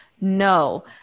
No